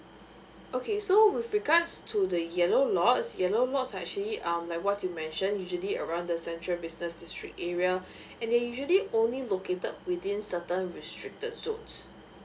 okay so with regards to the yellow lots yellow lots are actually um like what you mention usually around the central business district area and they usually only located within certain restricted suites